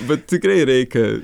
bet tikrai reikia